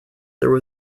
there